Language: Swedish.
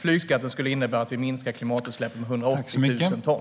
Flygskatten skulle innebära att vi minskade klimatutsläppen med 180 000 ton.